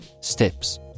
steps